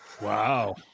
Wow